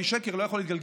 כי שקר לא יכול להתגלגל,